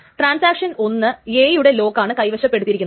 transaction 1 A യുടെ ലോക്കാണ് കൈവശപ്പെടുത്തിയിരിക്കുന്നത്